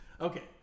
Okay